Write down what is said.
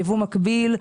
ייבוא מקביל,